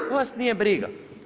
To vas nije briga.